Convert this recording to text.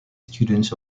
students